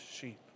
sheep